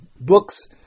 books